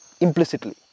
implicitly